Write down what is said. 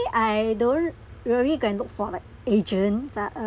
I don't really go and look for like agent like